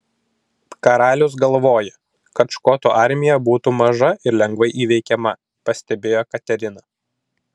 karalius galvoja kad škotų armija būtų maža ir lengvai įveikiama pastebėjo katerina